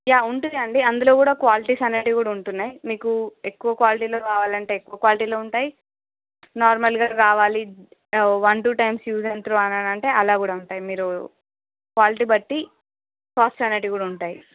yeah ఉంటుంది అండీ అందులో కూడా క్వాలిటీస్ అనేటివి కూడా ఉంటున్నాయీ మీకు ఎక్కువ క్వాలిటీలో కావాలంటే ఎక్కువ క్వాలిటీలో ఉంటాయి నార్మల్గా కావాలి one two times use and throw అనంటే అలాగా కూడా ఉంటాయి మీరు క్వాలిటీ బట్టి కాస్ట్ అనేటివి కూడా ఉంటాయి